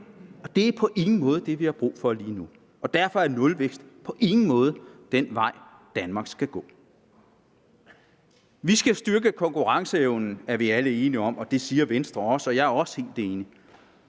og det er på ingen måde det, vi har brug for lige nu. Derfor er nulvækst på ingen måde den vej, Danmark skal gå. Vi skal styrke konkurrenceevnen, er vi alle enige om. Det siger Venstre også, og jeg er også helt enig.